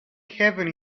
heaven